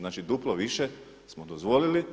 Znači duplo više smo dozvolili